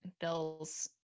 Bill's